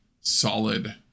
solid